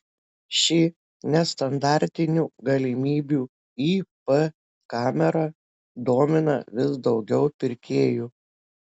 šį nestandartinių galimybių ip kamera domina vis daugiau pirkėjų